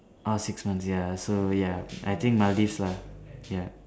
uh six months ya so ya I think Maldives lah ya